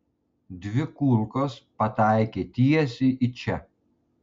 dvi kulkos pataikė tiesiai į čia